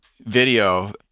video